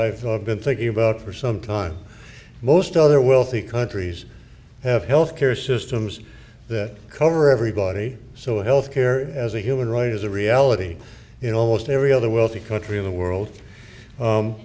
i've been thinking about for some time most other wealthy countries have health care systems that cover everybody so health care as a human right is a reality in almost every other wealthy country in the world